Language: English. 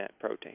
protein